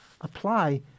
apply